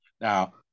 now